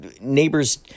neighbors